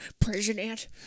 president